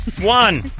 One